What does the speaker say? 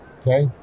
okay